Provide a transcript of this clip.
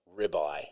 ribeye